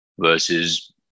versus